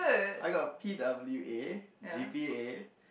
I got P W A G P A